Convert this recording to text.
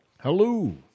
Hello